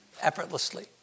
effortlessly